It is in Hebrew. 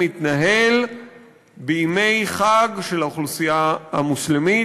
מתנהל בימי חג של האוכלוסייה המוסלמית,